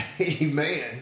amen